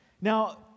Now